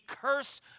curse